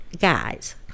guys